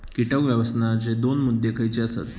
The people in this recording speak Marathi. कीटक व्यवस्थापनाचे दोन मुद्दे खयचे आसत?